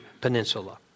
Peninsula